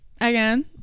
again